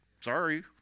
Sorry